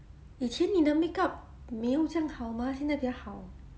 以前你的 makeup 没有这样好嘛现在比较好